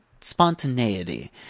spontaneity